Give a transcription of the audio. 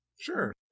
sure